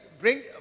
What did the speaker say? bring